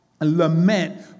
lament